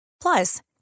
Plus